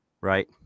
right